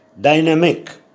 dynamic